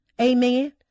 Amen